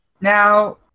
Now